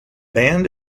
band